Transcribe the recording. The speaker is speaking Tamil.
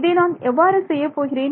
இதை நான் எவ்வாறு செய்யப்போகிறேன்